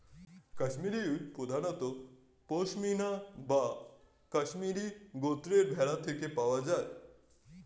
Kashmiri wool প্রধানত পশমিনা বা কাশ্মীরি গোত্রের ভেড়া থেকে পাওয়া যায়